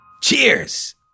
Cheers